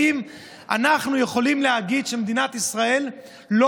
האם אנחנו יכולים להגיד שמדינת ישראל לא